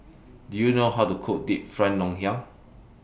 Do YOU know How to Cook Deep Fried Ngoh Hiang